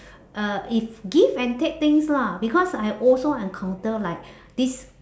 uh is give and take things lah because I also encounter like this